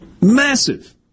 Massive